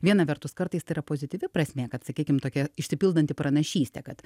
viena vertus kartais tai yra pozityvi prasmė kad sakykim tokia išsipildanti pranašystė kad